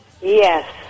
Yes